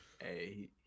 Hey